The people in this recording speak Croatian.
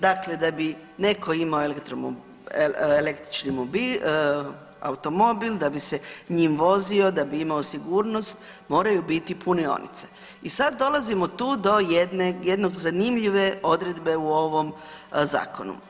Dakle, da bi netko imao električni automobil, da bi se njim vozio, da bi imao sigurnost, moraju biti punionice i sad dolazimo tu do jednog zanimljive odredbe u ovom Zakonu.